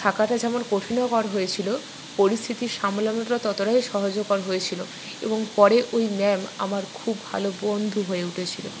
থাকাটা যেমন কঠিনকর হয়েছিলো পরিস্থিতি সামলনোটা ততটাই সহজকর হয়েছিলো এবং পরে ওই ম্যাম আমার খুব ভালো বন্ধু হয়ে উঠেছিলো